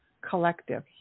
collective